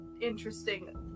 interesting